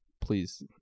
please